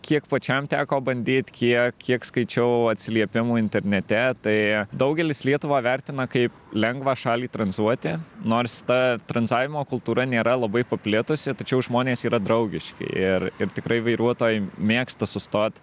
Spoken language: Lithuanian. kiek pačiam teko bandyt kiek kiek skaičiau atsiliepimų internete tai daugelis lietuvą vertina kaip lengvą šalį tranzuoti nors ta tranzavimo kultūra nėra labai paplitusi tačiau žmonės yra draugiški ir ir tikrai vairuotojai mėgsta sustot